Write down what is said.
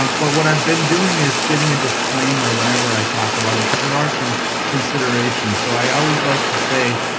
um but what i have been doing is giving a disclaimer whenever i talk about them, because there are some considerations. so i always like to say,